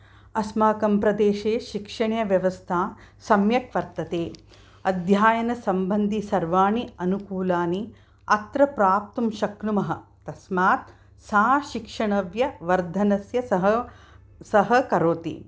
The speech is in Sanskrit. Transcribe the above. अस्माकं प्रदेशे शिक्षणे व्यवस्था सम्यक् वर्तते अध्ययनसम्बन्धिसर्वाणि अनुकूलानि अत्र प्राप्तुं शक्नुमः तस्मात् सा शिक्षणव्य वर्धनस्य सह सहकरोति